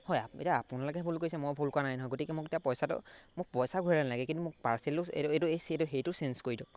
হয় এতিয়া আপোনালোকে ভুল কৰিছে মই ভুল কৰা নাই নহয় গতিকে মোক এতিয়া পইচাটো মোক পইচা ঘূৰাই নালাগে কিন্তু মোক পাৰ্চেলটো এইটো এইটো এই চি এইটো সেইটো চেঞ্জ কৰি দিয়ক